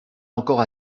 encore